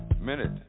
Minute